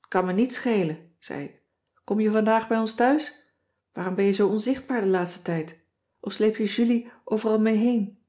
t kan me niets schelen zei ik kom je vandaag bij ons thuis waarom ben je zoo onzichtbaar den laatsten tijd of sleep je julie overal mee heen